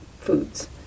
foods